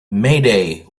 mayday